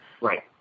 Right